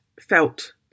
felt